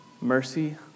mercy